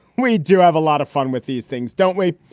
we do have a lot of fun with these things, don't we?